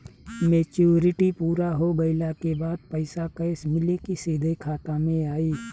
Maturity पूरा हो गइला के बाद पईसा कैश मिली की सीधे खाता में आई?